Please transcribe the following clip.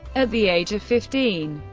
at the age of fifteen,